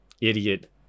idiot